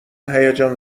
هیجان